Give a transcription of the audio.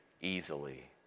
easily